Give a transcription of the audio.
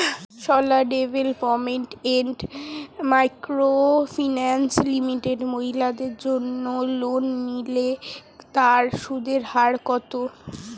Sarala development and micro finance limited মহিলাদের জন্য loan নিলে তার সুদের হার কত?